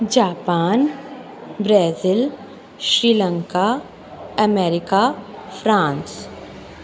Japan Brazil Sri Lanka America France